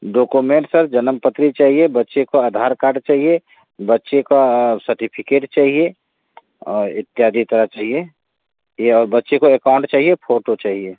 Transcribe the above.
document sir जनम पत्री चाहिए बच्चे का आधार कार्ड चाहिए बच्चे का सर्टिफिकेट चाहिए और इत्यादि तरा चाहिए या बच्चे का एकाउंट चाहिए फोटो चाहिए